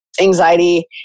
anxiety